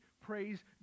Praise